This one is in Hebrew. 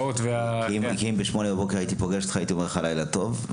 כי אם ב- 08:00 הייתי פוגש אותך הייתי אומר לך לילה טוב,